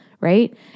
right